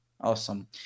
awesome